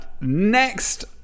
next